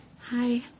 hi